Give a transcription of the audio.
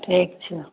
ठीक छै